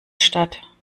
statt